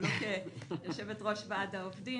ולא כיושבת-ראש ועד העובדים.